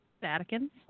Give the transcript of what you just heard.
Vatican